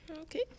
Okay